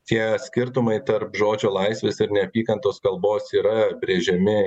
tie skirtumai tarp žodžio laisvės ir neapykantos kalbos yra brėžiami